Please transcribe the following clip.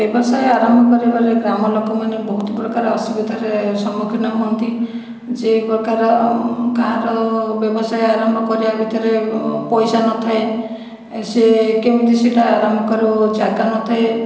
ବ୍ୟବସାୟ ଆରମ୍ଭ କରିବାରେ ଗ୍ରାମ ଲୋକମାନେ ବହୁତ ପ୍ରକାର ଅସୁବିଧାରେ ସମ୍ମୁଖୀନ ହୁଅନ୍ତି ଯେ ପ୍ରକାର କାହାର ବ୍ୟବସାୟ ଆରମ୍ଭ କରିବା ଭିତରେ ପଇସା ନ ଥାଏ ସିଏ କେମିତି ସେଇଟା ଆରମ୍ଭ କରିବ ଜାଗା ନଥାଏ